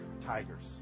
Tigers